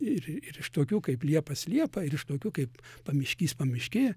ir ir iš tokių kaip liepas liepa ir iš tokių kaip pamiškys pamiškė